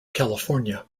california